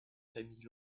famille